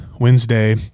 Wednesday